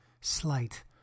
slight